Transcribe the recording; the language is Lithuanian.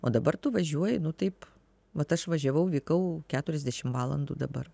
o dabar tu važiuoji nu taip vat aš važiavau vykau keturiasdešim valandų dabar